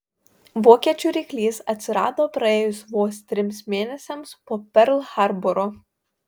vokiečių ryklys atsirado praėjus vos trims mėnesiams po perl harboro